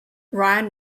ryan